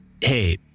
hey